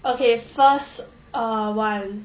okay first uh one